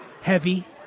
heavy